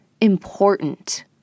important